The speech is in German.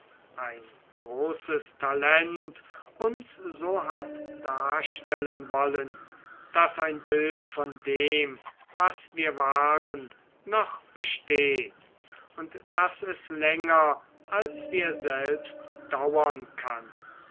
ein großes talent uns so hat darstellen wollen daß ein bild von dem was wir waren noch besteht und daß es länger als wir selbst dauern kann